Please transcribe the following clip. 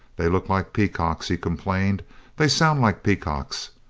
they look like peacocks, he complained they sound like peacocks.